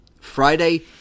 Friday